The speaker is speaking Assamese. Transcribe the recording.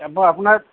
এবাৰ আপোনাক